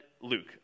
Luke